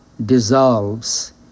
dissolves